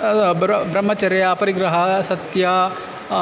ब्र ब्रह्मचर्यम् अपरिग्रहः सत्यम्